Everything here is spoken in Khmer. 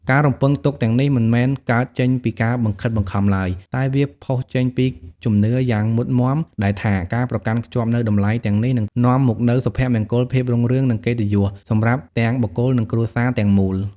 ការរំពឹងទុកទាំងនេះមិនមែនកើតចេញពីការបង្ខិតបង្ខំឡើយ តែវាផុសចេញពីជំនឿយ៉ាងមុតមាំដែលថា ការប្រកាន់ខ្ជាប់នូវតម្លៃទាំងនេះនឹងនាំមកនូវ សុភមង្គល ភាពរុងរឿង និងកិត្តិយស សម្រាប់ទាំងបុគ្គល និងគ្រួសារទាំងមូល។